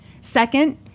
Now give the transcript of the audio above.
Second